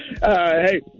Hey